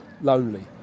lonely